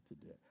today